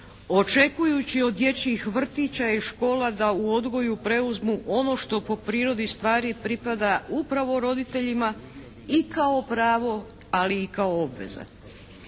očekujući od dječjih vrtića i škola da u odgoju preuzmu ono što po prirodi stvari pripada upravo roditeljima i kao pravo ali i kao obveza.